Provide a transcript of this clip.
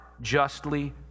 justly